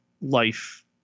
life